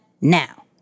now